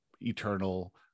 eternal